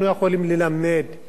מה אנחנו יכולים לתת.